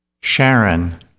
Sharon